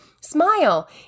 smile